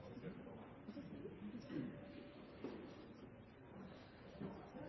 president